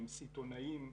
עם סיטונאים,